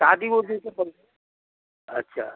शादी उदी अच्छा